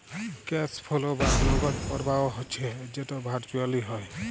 cash flow বা নগদ পরবাহ হচ্যে যেট ভারচুয়েলি হ্যয়